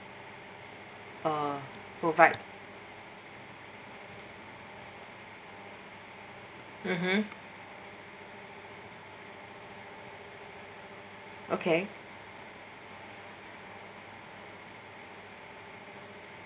uh provide mmhmm okay